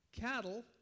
cattle